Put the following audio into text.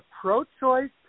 pro-choice